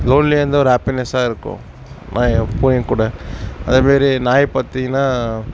லோன்லியாக இருந்தால் ஒரு ஹேப்பினஸ்ஸாக இருக்கும் நான் என் பூனைங்கள் கூட அதே மாதிரி நாய் பார்த்திங்கன்னா